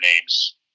names